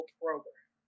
program